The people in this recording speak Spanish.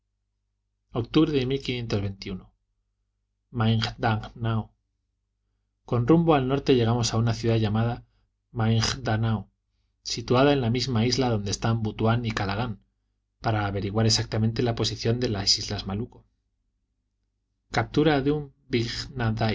maingdanao con rumbo al nordeste llegamos a una ciudad llamada b danao situada en la misma isla donde están butuán y calagán para averiguar exactamente la posición de las islas malucco captura de